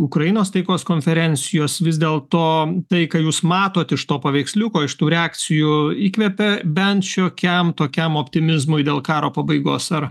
ukrainos taikos konferencijos vis dėlto tai ką jūs matot iš to paveiksliuko iš tų reakcijų įkvepia bent šiokiam tokiam optimizmui dėl karo pabaigos ar